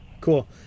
cool